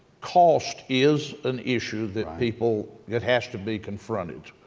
cost is an issue that people that has to be confronted.